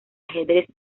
ajedrez